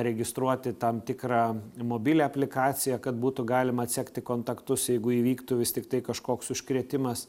registruoti tam tikrą mobilią aplikaciją kad būtų galima atsekti kontaktus jeigu įvyktų vis tiktai kažkoks užkrėtimas